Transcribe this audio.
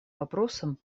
вопросам